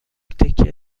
تکه